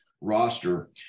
roster